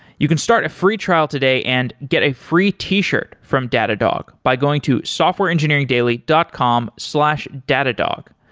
you can start a free trial today and get a free t-shirt from datadog by going to softwareengineeringdaily dot com slash datadog.